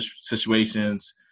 situations